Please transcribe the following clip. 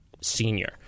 senior